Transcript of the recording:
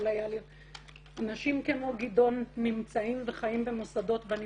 יכול היה להיות --- אנשים כמו גדעון נמצאים וחיים במוסדות ואני